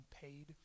paid